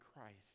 Christ